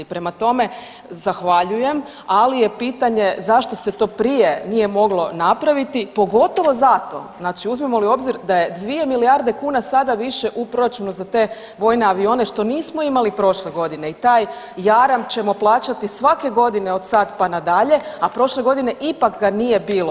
Prema tome, zahvaljujem, ali je pitanje zašto se to prije nije moglo napraviti, pogotovo zato, znači uzmemo li u obzir da je 2 milijarde kuna sada više u proračunu za te vojne avione, što nismo imali prošle godine i taj jaram ćemo plaćati svake godine od sad pa nadalje, a prošle godine ipak ga nije bilo.